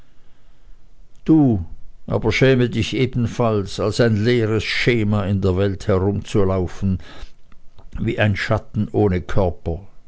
du aber schäme dich ebenfalls als ein leeres schema in der welt herumzulaufen wie ein schatten ohne körper